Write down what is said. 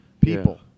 people